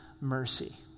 mercy